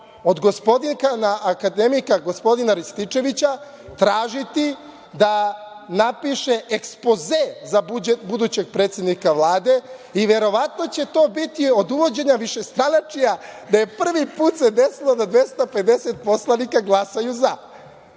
od gospodina akademika, gospodina Rističevića, tražiti da napiše ekspoze za budućeg predsednika Vlade i verovatno će to biti od uvođenja višestranačja da se prvi put desilo da 250 poslanika glasaju za.